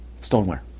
Stoneware